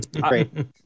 great